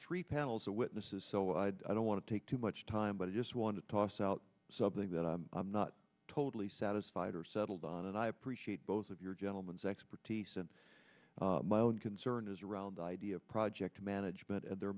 three panels of witnesses so i don't want to take too much time but i just want to toss out something that i'm not totally satisfied or settled on and i appreciate both of your gentlemen's expertise and my own concern is around the idea project management and there are